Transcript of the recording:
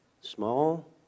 Small